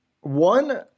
one